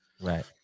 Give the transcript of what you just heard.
right